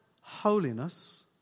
holiness